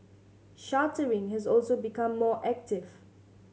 chartering has also become more active